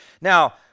Now